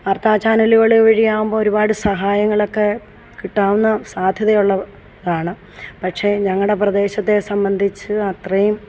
വാർത്താ ചാനലുകൾ വഴിയാകുമ്പോൾ ഒരുപാട് സഹായങ്ങളൊക്കെ കിട്ടാവുന്ന സാദ്ധ്യതകളും കാണും പക്ഷേ ഞങ്ങളുടെ പ്രദേശത്തെ സംബന്ധിച്ച് അത്രയും